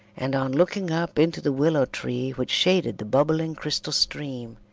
and on looking up into the willow tree which shaded the bubbling crystal stream,